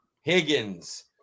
Higgins